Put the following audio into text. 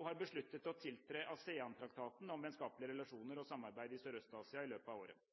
og har besluttet å tiltre ASEAN-traktaten om vennskapelige relasjoner og samarbeid i Sørøst-Asia i løpet av året.